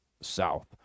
south